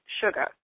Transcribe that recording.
sugar